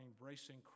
embracing